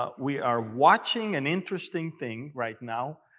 ah we are watching an interesting thing right now.